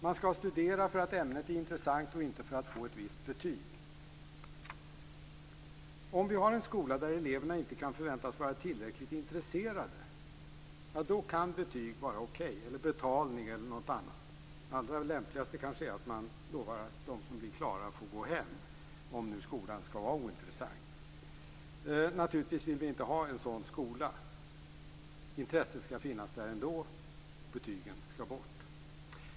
Man skall studera för att ämnet är intressant och inte för att få ett visst betyg. Om vi har en skola där eleverna inte kan förväntas vara tillräckligt intresserade, då kan betyg, betalning eller något annat, vara okej. Det allra lämpligaste kanske är att man lovar att de som blir klara får gå hem, om nu skolan skall vara ointressant. Naturligtvis vill vi inte ha en sådan skola. Intresset skall finnas där ändå, och betygen skall bort.